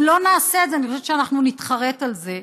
אם לא נעשה את זה אני חושבת שאנחנו נתחרט על זה.